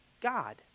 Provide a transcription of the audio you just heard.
God